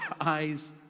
eyes